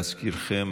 להזכירכם,